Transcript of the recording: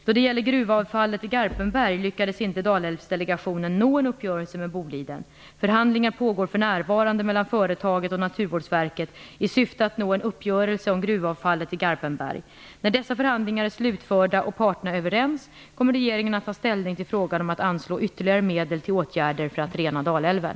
Då det gäller gruvavfallet i Garpenberg lyckades Dalälvsdelegationen inte nå en uppgörelse med Boliden. Förhandlingar pågår för närvarande mellan företaget och Naturvårdsverket i syfte att nå en uppgörelse om gruvavfallet i Garpenberg. När dessa förhandlingar är slutförda och parterna är överens kommer regeringen att ta ställning till frågan om att anslå ytterligare medel till åtgärder för att rena Dalälven.